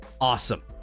awesome